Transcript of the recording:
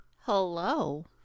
hello